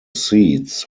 seats